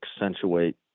accentuate